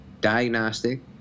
diagnostic